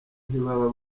ntibaba